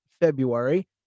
February